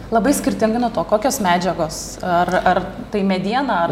labai skirtingai nuo to kokios medžiagos ar ar tai mediena ar